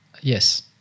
Yes